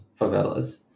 favelas